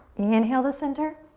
inhale to center.